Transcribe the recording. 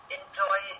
enjoy